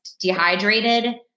dehydrated